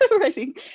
writing